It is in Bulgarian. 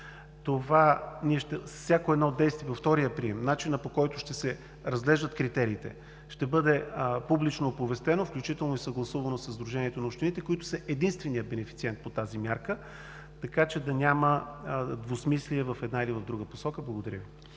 миналата седмица. Всяко действие от втория прием, начинът, по който ще се разглеждат критериите, ще бъде публично оповестен, включително съгласувано със Сдружението на общините, които са единственият бенефициент по тази мярка, за да няма двусмислие в една или друга посока. Благодаря.